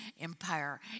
Empire